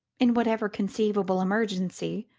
in whatever conceivable emergency,